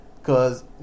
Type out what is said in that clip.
Cause